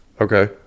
Okay